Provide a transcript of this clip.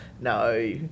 no